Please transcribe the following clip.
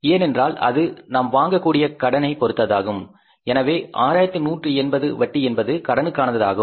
ஏனென்றால் அது நாம் வாங்கக்கூடிய கடனை பொருத்ததாகும் எனவே 6180 வட்டி என்பது கடனுக்கானதாகும்